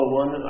one